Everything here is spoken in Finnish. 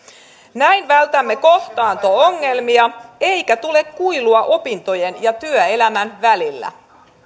näin vältämme kohtaanto ongelmia eikä tule kuilua opintojen ja työelämän välillä